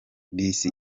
bisi